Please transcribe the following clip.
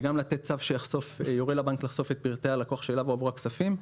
וגם לתת צו שיורה לבנק לחשוף את פרטי הלקוח אליו הועברו הכספים.